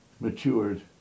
matured